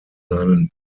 seinen